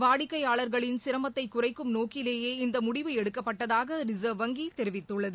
வாடிக்கைபாளர்களின் சிரமத்தை குறைக்கும் நோக்கிலேயே இந்த முடிவு எடுக்கப்பட்டதாக ரிசர்வ் வங்கி தெரிவித்துள்ளது